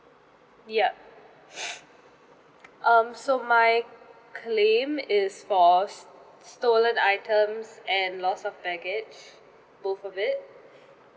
yup um so my claim is for s~ stolen items and loss of baggage both of it